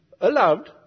allowed